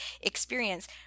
experience